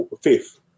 fifth